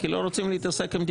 כי לא רוצים להתעסק עם הדיווחים.